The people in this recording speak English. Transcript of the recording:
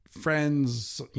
friends